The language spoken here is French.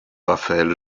rafael